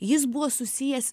jis buvo susijęs